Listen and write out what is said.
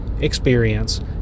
experience